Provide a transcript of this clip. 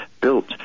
built